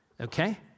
okay